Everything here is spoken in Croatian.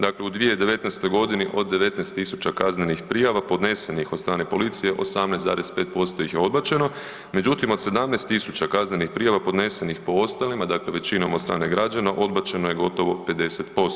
Dakle u 2019. g., od 19 000 kaznenih prijava podnesenih od strane policije, 18,5% je odbačeno međutim od 17 000 kaznenih prijava podnesenih po ostalima dakle većinom od strane građana, odbačeno je gotovo 50%